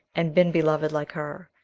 and been beloved like her,